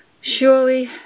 Surely